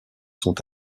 sont